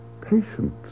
Patience